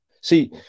See